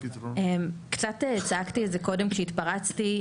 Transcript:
קצת צעקתי את זה קודם כשהתפרצתי.